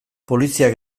poliziak